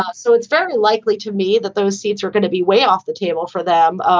ah so it's very likely to me that those seats are going to be way off the table for them.